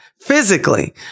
physically